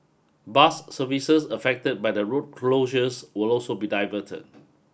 bus services affected by the road closures will also be diverted